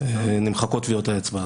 נמחקות טביעות האצבע,